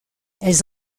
elles